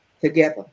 together